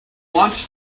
want